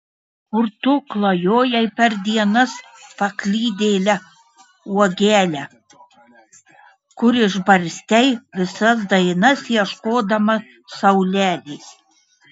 kur tu klajojai per dienas paklydėle uogele kur išbarstei visas dainas ieškodama saulelės